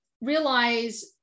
realize